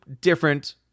different